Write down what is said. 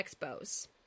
expos